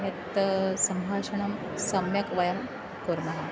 यत् सम्भाषणं सम्यक् वयं कुर्मः